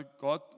God